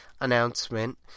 announcement